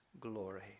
glory